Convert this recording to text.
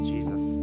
Jesus